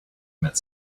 emmett